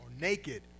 naked